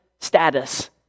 status